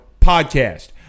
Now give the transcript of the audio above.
podcast